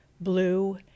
blue